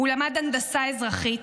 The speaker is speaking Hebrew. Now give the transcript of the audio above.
הוא למד הנדסה אזרחית,